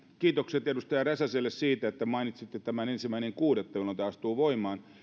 kiitokset edustaja räsäselle siitä että mainitsitte tämän ensimmäinen kuudetta jolloin tämä astuu voimaan